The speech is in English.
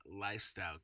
lifestyle